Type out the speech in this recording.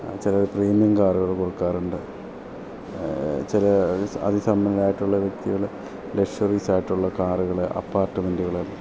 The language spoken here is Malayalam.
ചിലർ പ്രീമിയം കാറുകൾ കൊടുക്കാറുണ്ട് ചില അതി അതിസമ്പന്നരായിട്ടുള്ള വ്യക്തികൾ ലെക്ഷ്വറീസായിട്ടുള്ള കാറുകൾ അപ്പാർട്ട്മെൻറ്റുകൾ